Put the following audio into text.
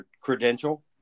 credential